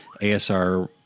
ASR